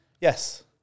Yes